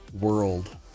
world